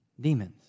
demons